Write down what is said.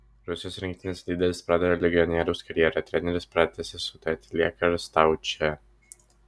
rusijos rinktinės lyderis pradeda legionieriaus karjerą treneris pratęsė sutartį lieka ir staučė